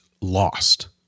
lost